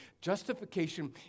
Justification